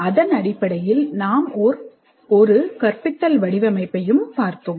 அதனடிப்படையில் நாம் ஒரு கற்பித்தல் வடிவமைப்பை பார்த்தோம்